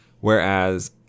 whereas